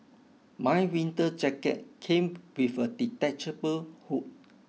my winter jacket came with a detachable hood